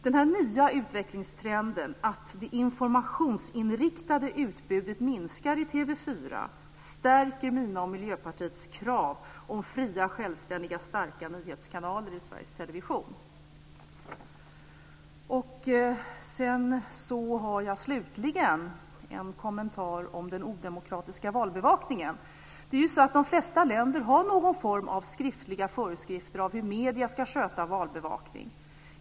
Den här nya utvecklingstrenden, att det informationsinriktade utbudet minskar i TV 4, stärker mina och Miljöpartiets krav på fria, självständiga och starka nyhetskanaler i Sveriges Television. Slutligen har jag en kommentar till den odemokratiska valbevakningen. De flesta länder har någon form av skriftliga föreskrifter om hur medierna ska sköta valbevakning.